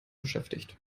beschäftigt